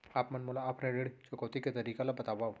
आप मन मोला ऑफलाइन ऋण चुकौती के तरीका ल बतावव?